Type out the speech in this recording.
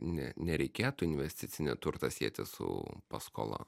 ne nereikėtų investicinį turtą sieti su paskola